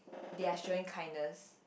they are showing kindness